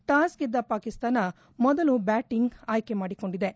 toss ಗೆದ್ದ ಪಾಕಿಸ್ತಾನ ಮೊದಲು batting ಆಯ್ಕೆ ಮಾಡಿಕೊಂಡಿದ್ದು